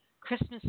Christmas